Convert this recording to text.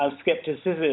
skepticism